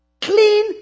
clean